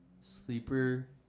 Sleeper